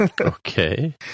Okay